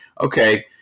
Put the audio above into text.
okay